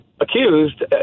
accused